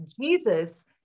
Jesus